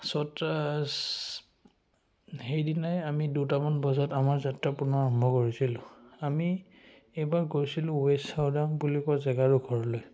ছটা সেইদিনাই আমি দুটামান বজাত আমাৰ যাত্ৰা পূণৰ আৰম্ভ কৰিছিলোঁ আমি এইবাৰ গৈছিলোঁ ৱেষ্ট চাউদাম বুলি কয় জেগাডোখৰলৈ